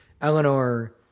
Eleanor